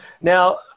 Now